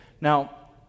Now